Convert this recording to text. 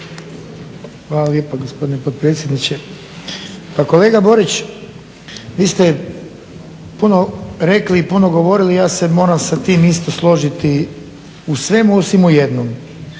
Hvala lijepa gospodine potpredsjedniče. Pa kolega Borić, vi ste puno rekli i puno govorili, ja se moram sa tim isto složiti, u svemu osim u jednom.